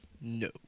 No